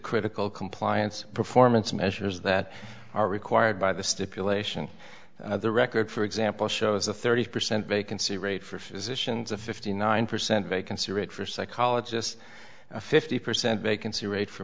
critical compliance performance measures that are required by the stipulation of the record for example shows a thirty percent vacancy rate for physicians a fifty nine percent vacancy rate for psychologists a fifty percent vacancy rate for